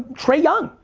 trae young,